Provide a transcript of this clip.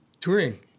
touring